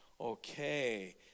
Okay